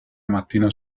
mattina